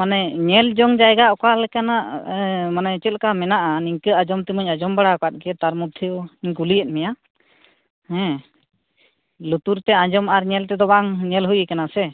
ᱢᱟᱱᱮ ᱧᱮᱞ ᱡᱚᱝ ᱡᱟᱭᱜᱟ ᱡᱟᱭᱜᱟ ᱚᱠᱟ ᱞᱮᱠᱟᱱᱟᱜ ᱢᱟᱱᱮ ᱪᱮᱫ ᱞᱮᱠᱟ ᱢᱮᱱᱟᱜᱼᱟ ᱱᱤᱝᱠᱟᱹ ᱟᱡᱚᱢ ᱛᱮᱢᱟ ᱟᱡᱚᱢ ᱵᱟᱲᱟ ᱟᱠᱟᱫ ᱜᱮ ᱛᱟᱨ ᱢᱚᱫᱽᱫᱷᱮᱣ ᱠᱩᱞᱤᱭᱮᱫ ᱢᱮᱭᱟ ᱦᱮᱸ ᱞᱩᱛᱩᱨ ᱛᱮ ᱟᱸᱡᱚᱢ ᱟᱨ ᱧᱮᱞ ᱛᱮᱫᱚ ᱵᱟᱝ ᱧᱮᱞ ᱦᱩᱭ ᱟᱠᱟᱱᱟ ᱥᱮ